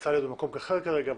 נאלצה להיות במקום אחר כרגע,